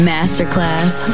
Masterclass